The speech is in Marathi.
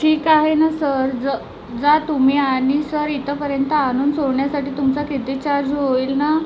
ठीक आहे न सर जा तुम्ही आणि सर इथपर्यंत आणून सोडण्यासाठी तुमचा किती चार्ज होईल ना